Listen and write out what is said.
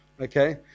okay